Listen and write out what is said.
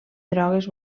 drogues